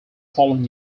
following